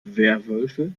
werwölfe